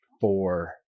four